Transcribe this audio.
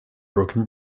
broken